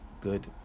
good